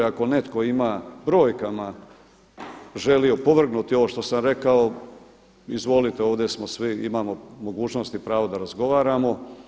Ako netko ima brojkama, želi opovrgnuti ovo što sam rekao, izvolite, ovdje smo svi, imamo mogućnosti i pravo da razgovaramo.